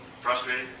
frustrated